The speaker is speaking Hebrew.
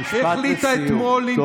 משפט לסיום.